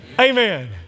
Amen